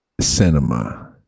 cinema